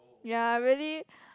ya really